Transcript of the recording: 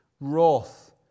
wrath